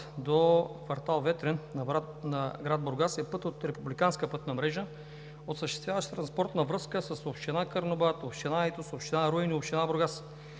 – квартал „Ветрен“, град Бургас, е път от републиканската пътна мрежа, осъществяващ транспортна връзка с община Карнобат, община Айтос, община Руен и община Бургас.